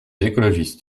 écologistes